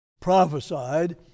prophesied